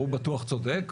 הוא בטוח צודק.